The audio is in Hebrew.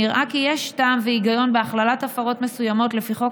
נראה כי יש טעם והיגיון בהכללת הפרות מסוימות לפי חוק